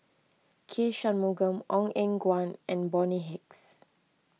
K Shanmugam Ong Eng Guan and Bonny Hicks